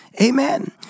Amen